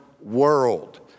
world